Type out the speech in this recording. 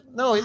no